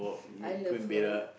I love her